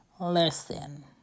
Listen